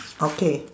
okay